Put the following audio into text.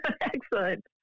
Excellent